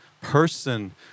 person